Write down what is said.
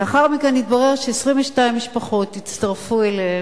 לאחר מכן התברר ש-22 משפחות הצטרפו אליהם.